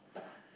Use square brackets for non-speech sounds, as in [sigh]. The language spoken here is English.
[breath]